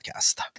podcast